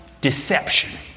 deception